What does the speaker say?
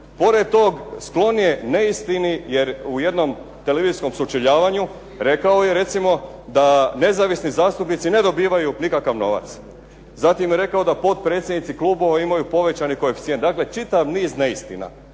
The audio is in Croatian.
Pored tog, sklon je neistini jer u jednom televizijskom sučeljavanju rekao je recimo da nezavisni zastupnici ne dobivaju nikakav novac. Zatim je rekao da potpredsjednici klubova imaju povećani koeficijent. Dakle, čitav niz neistina.